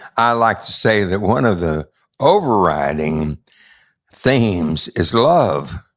i like to say that one of the overriding themes is love,